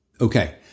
Okay